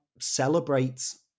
celebrates